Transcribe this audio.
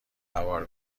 هوار